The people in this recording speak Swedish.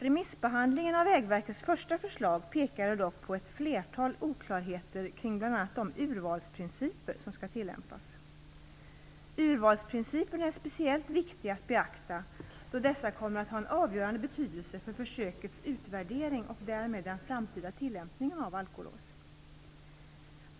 Remissbehandlingen av Vägverkets första förslag pekade dock på ett flertal oklarheter kring bl.a. de urvalsprinciper som skall tillämpas. Urvalsprinciperna är speciellt viktiga att beakta då dessa kommer att ha en avgörande betydelse för försökets utvärdering och därmed den framtida tillämpningen av alkolås.